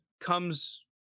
comes